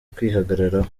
kwihagararaho